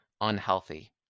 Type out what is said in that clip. unhealthy